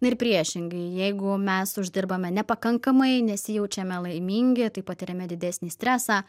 ir priešingai jeigu mes uždirbame nepakankamai nesijaučiame laimingi tai patiriame didesnį stresą